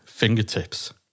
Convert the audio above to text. fingertips